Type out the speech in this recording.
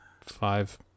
five